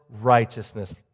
righteousness